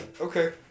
Okay